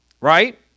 right